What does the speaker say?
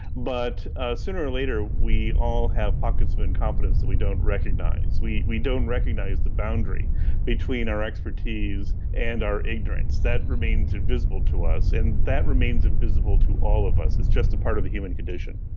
but sooner or later we all have pockets of incompetence that we don't recognise. we we don't recognise the boundary between our expertise and our ignorance, that remains invisible to us, and that remains invisible to all of us, it's just a part of the human condition.